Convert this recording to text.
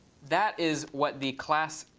that is what the class,